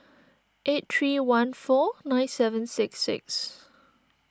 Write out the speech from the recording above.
eight three one four nine seven six six